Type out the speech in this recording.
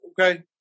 okay